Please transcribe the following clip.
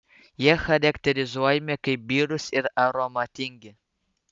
jie charakterizuojami kaip birūs ir aromatingi